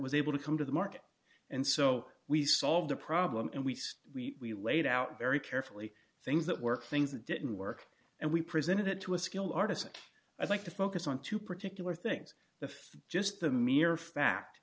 was able to come to the market and so we solved the problem and we say we laid out very carefully things that were things that didn't work and we presented it to a skill artisan i'd like to focus on two particular things the st just the mere fact